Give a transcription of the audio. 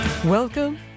Welcome